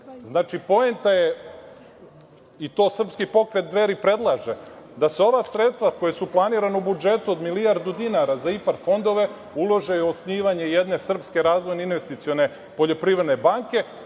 poenta je i to srpski pokret Dveri i predlaže da se ova sredstva koja su planirana u budžetu od milijardu dinara za IPARD fondove ulože u osnivanje jedne srpske razvojne investicione poljoprivredne banke